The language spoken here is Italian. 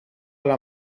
alla